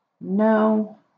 No